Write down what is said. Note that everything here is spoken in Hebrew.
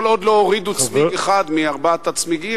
כל עוד לא הורידו צמיג אחד מארבעת הצמיגים,